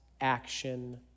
action